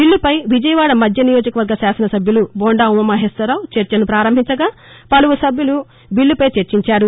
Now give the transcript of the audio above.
బిల్లపై విజయవాడ మధ్య నియోజకవర్గ శాసనసభ్యులు బొండా ఉమామహేశ్వరరావు చర్చను ప్రారంభించగాపలువురు సభ్యలు బిల్లుపై చర్చించారు